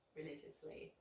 religiously